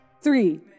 Three